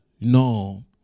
No